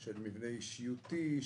של מבנה אישיותי,